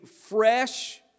fresh